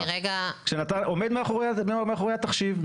שעומד מאחורי התחשיב.